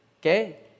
Okay